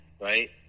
right